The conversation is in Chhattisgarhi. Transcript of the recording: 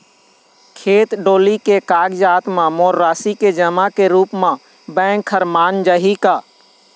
खेत डोली के कागजात म मोर राशि के जमा के रूप म बैंक हर मान जाही का?